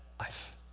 life